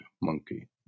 monkey